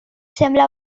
sembla